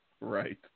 right